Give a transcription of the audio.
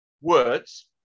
words